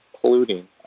polluting